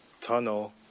tunnel